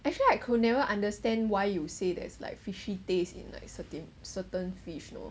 actually I could never understand why you say there's like fishy taste in like certain certain fish you know